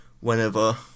whenever